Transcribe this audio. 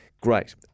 Great